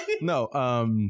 No